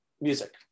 music